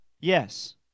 Yes